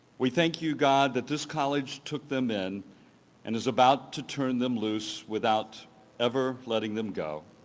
we thank you god that this college took them in and is about to turn them loose without ever letting them go.